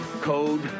code